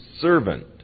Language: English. servant